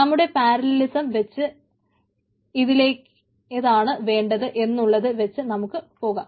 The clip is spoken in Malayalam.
നമ്മളുടെ പാരലലിസം വെച്ച് ഇതിലേതാണ് വേണ്ടത് എന്നുള്ളത് വെച്ച് നമുക്ക് പോകാം